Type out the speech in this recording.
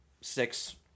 six